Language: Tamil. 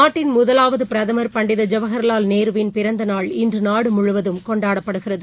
நாட்டின் முதலாவதுபிரதமர் பண்டித ஜவஹர்லால் நேருவின் பிறந்தநாள் இன்றுநாடுமுழுவதும் கொண்டாடப்படுகிறது